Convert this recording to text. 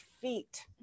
feet